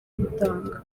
gutanga